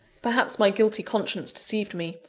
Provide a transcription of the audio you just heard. perhaps my guilty conscience deceived me,